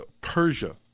Persia